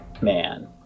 man